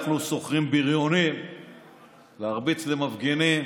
אנחנו שוכרים בריונים להרביץ למפגינים,